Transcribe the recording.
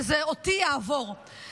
שזה יעבור אותי.